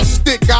stick